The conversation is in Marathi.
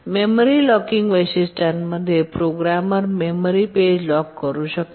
मेमरी लॉकिंग वैशिष्ट्यामध्ये प्रोग्रामर मेमरी पेज लॉक करू शकतो